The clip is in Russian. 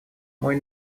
мой